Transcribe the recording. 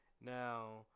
Now